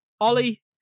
Ollie